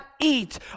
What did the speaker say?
eat